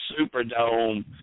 Superdome